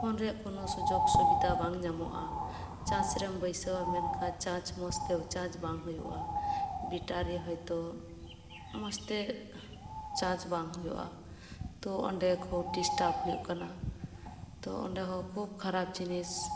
phone ᱨᱮᱭᱟᱜ ᱠᱳᱱᱳ ᱥᱩᱡᱳᱜᱽ ᱥᱩᱵᱤᱫᱷᱟ ᱵᱟᱝ ᱧᱟᱢᱚᱜᱼᱟ ᱪᱟᱨᱡᱽ ᱨᱮᱢ ᱵᱟᱹᱭᱥᱟᱹᱣᱟ ᱢᱮᱱᱠᱷᱟᱱ ᱪᱟᱡᱽ ᱢᱚᱸᱡᱽ ᱛᱮ ᱪᱟᱡᱽ ᱵᱟᱝ ᱦᱳᱭᱳᱜᱼᱟ ᱵᱮᱴᱟᱨᱤ ᱦᱚᱭ ᱛᱚ ᱢᱚᱸᱡᱽ ᱛᱮ ᱪᱟᱡᱽ ᱵᱟᱝ ᱦᱳᱭᱳᱜᱼᱟ ᱛᱚ ᱚᱸᱰᱮ ᱠᱷᱩᱵᱽ ᱰᱤᱥᱴᱟᱵᱽ ᱦᱳᱭᱳᱜ ᱠᱟᱱᱟ ᱛᱚ ᱚᱸᱰᱮ ᱦᱚᱸ ᱠᱷᱩᱵᱽ ᱠᱷᱟᱨᱟᱯ ᱡᱤᱱᱤᱥ